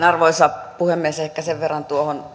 arvoisa puhemies ehkä sen verran